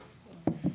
נכון.